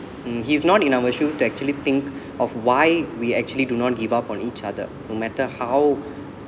mm he's not in our shoes to actually think of why we actually do not give up on each other no matter how